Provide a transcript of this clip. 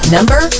Number